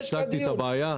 יש לך דיון.